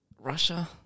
Russia